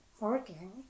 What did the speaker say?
working